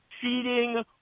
Cheating